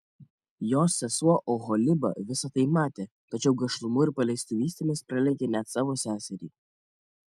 jos sesuo oholiba visa tai matė tačiau gašlumu ir paleistuvystėmis pralenkė net savo seserį